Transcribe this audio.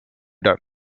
done